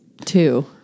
two